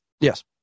Yes